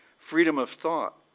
freedom of thought,